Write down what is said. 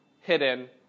hidden